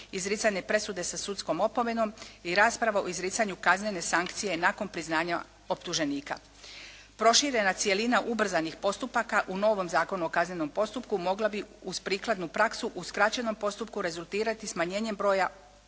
izricanje presude sa sudskom opomenom i rasprava o izricanju kaznene sankcije nakon priznanja optuženika. Proširena cjelina ubrzanih postupaka u novom Zakonu o kaznenom postupku mogla bi uz prikladnu praksu u skraćenom postupku rezultirati smanjenjem broja